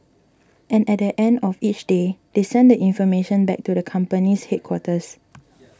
and at the end of each day they send the information back to the company's headquarters